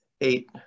eight